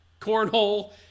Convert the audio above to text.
Cornhole